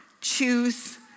choose